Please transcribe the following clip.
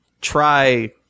try